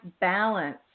balance